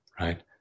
right